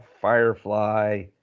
firefly